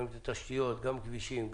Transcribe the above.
את התשתית: גם כבישים,